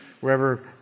wherever